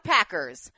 Packers